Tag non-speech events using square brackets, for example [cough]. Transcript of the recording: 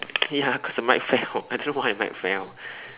ya [laughs] cause the mic fell I don't know why the mic fell